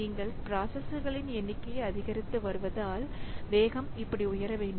நீங்கள் பிராசஸர்களின் எண்ணிக்கையை அதிகரித்து வருவதால் வேகம் இப்படி உயர வேண்டும்